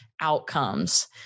outcomes